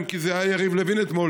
אם כי זה היה יריב לוין אתמול,